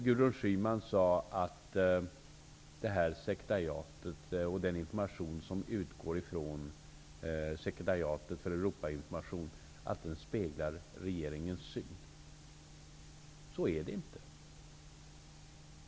Gudrun Schyman sade att den information som utgår från Sekretariatet för Europainformation speglar regeringens syn. Så är det inte.